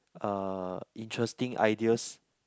uh interesting ideas